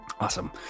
Awesome